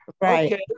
Right